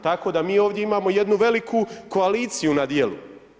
Tako da mi ovdje imamo jednu veliku koaliciju na dijelu.